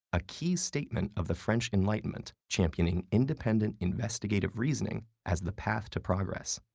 a key statement of the french enlightenment, championing independent investigative reasoning as the path to progress.